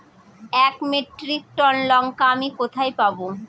এক metric tonne লঙ্কা আমি কোথায় পাবো?